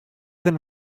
than